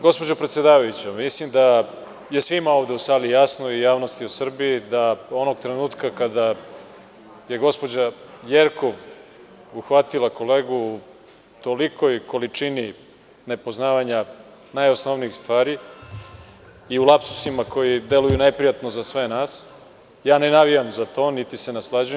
Gospođo predsedavajuća, mislim da je svima ovde u sali jasno i javnosti u Srbiji da onog trenutka kada je gospođa Jerkov uhvatila kolegu u tolikoj količini nepoznavanja najosnovnijih stvari i u lapsusima koji deluju neprijatno za sve nas, ne navijam za to, niti se naslađujem.